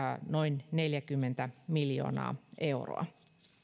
noin neljäkymmentä miljoonaa euroa